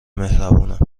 مهربونم